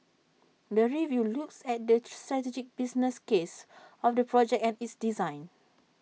the review looks at the strategic business case of the project and its design